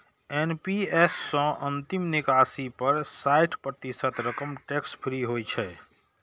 NPS सं अंतिम निकासी पर साठि प्रतिशत रकम टैक्स फ्री होइ छै